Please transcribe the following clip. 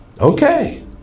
Okay